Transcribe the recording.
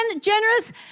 generous